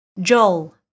Joel